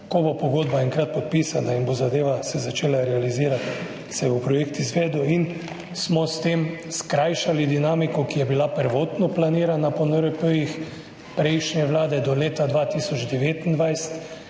ko bo pogodba enkrat podpisana in se bo zadeva se začela realizirati, se bo projekt izvedel in smo s tem skrajšali dinamiko, ki je bila prvotno planirana po NRP-jih prejšnje vlade do leta 2029.